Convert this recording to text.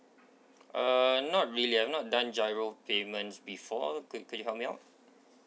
uh not really I've not done GIRO payment before could could you help me out